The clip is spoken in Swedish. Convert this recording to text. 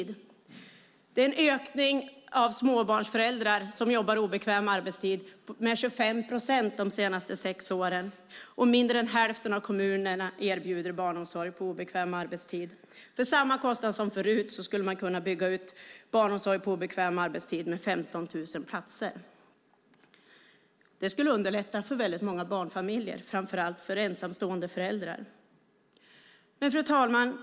Det har skett en ökning av småbarnsföräldrar som jobbar på obekväm arbetstid med 25 procent de senaste sex åren, och mindre än hälften av kommunerna erbjuder barnomsorg på obekväm arbetstid. För samma kostnad som för RUT skulle man kunna bygga ut barnomsorgen på obekväm arbetstid med 15 000 platser. Det skulle underlätta för väldigt många barnfamiljer, framför allt för ensamstående föräldrar. Fru talman!